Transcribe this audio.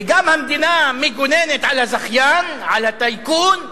גם המדינה מגוננת על הזכיין, על הטייקון,